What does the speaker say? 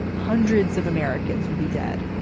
hundreds of americans would be dead.